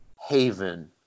haven